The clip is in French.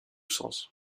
sens